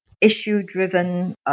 issue-driven